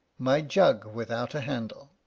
my jug without a handle.